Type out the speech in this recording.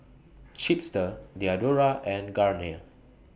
Chipster Diadora and Garnier